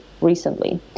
recently